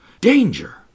Danger